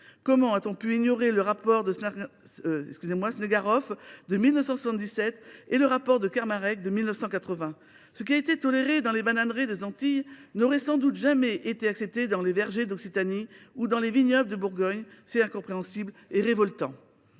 Comment a t on pu ignorer le rapport Snegaroff de 1977 et le rapport Kermarrec de 1980 ? Ce qui a été toléré dans les bananeraies des Antilles n’aurait sans doute jamais été accepté dans les vergers d’Occitanie ou dans les vignobles de Bourgogne. C’est incompréhensible et révoltant.